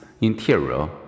interior